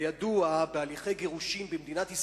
כידוע, בהליכי גירושין במדינת ישראל,